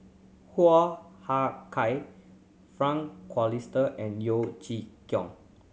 Hoo Ah Kay Frank Cloutier and Yeo Chee Kiong